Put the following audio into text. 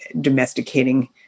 domesticating